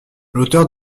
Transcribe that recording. l’auteur